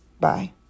Bye